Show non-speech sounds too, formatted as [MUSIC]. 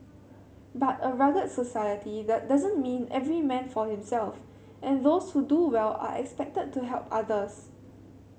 but a rugged society [UNINTELLIGIBLE] doesn't mean every man for himself and those who do well are expected to help others